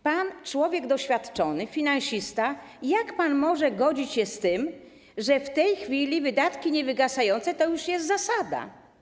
Pan, człowiek doświadczony, finansista, jak pan może godzić się z tym, że w tej chwili wydatki niewygasające to już jest zasada?